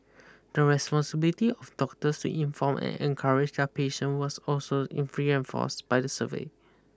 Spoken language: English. the responsibility of doctors to inform and encourage their patient was also in reinforced by the survey